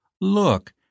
Look